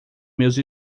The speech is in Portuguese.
meus